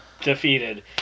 defeated